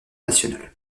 nationales